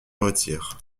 retire